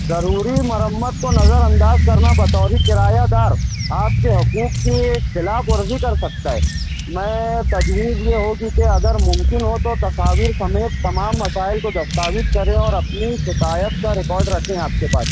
ضروری مرمت کو نظر انداز کرنا بطور کرایہ دار آپ کے حقوق کی خلاف ورزی کر سکتا ہے میں تجویز یہ ہوگی کہ اگر ممکن ہو تو تصاویر سمیت تمام مسائل کو دستاویز کریں اور اپنی شکایت کا ریکارڈ رکھیں آپ کے پاس